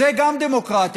גם זה דמוקרטיה,